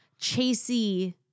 chasey